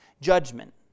judgment